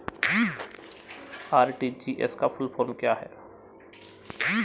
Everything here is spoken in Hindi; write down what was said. आर.टी.जी.एस का फुल फॉर्म क्या है?